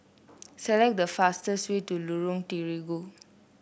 select the fastest way to Lorong Terigu